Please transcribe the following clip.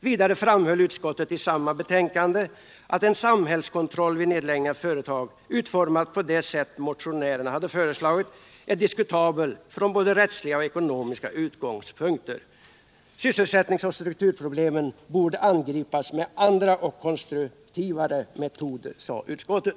Vidare framhöll utskottet i samma betänkande att en samhällskontroll vid nedläggning av företag, utformad på det sätt motionärerna hade föreslagit, är diskutabel från både rättsliga och ekonomiska utgångspunkter. Sysselsättningsoch strukturproblemen borde angripas med andra och konstruktivare metoder, sade utskottet.